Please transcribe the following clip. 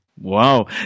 wow